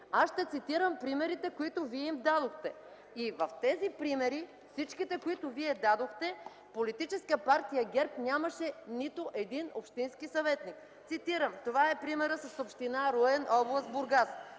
Аз ще цитирам примерите, които Вие им дадохте. Във всички тях Политическа партия ГЕРБ нямаше нито един общински съветник. Цитирам, това е примерът с община Руен, област Бургас.